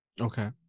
Okay